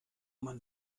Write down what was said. man